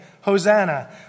Hosanna